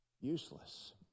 useless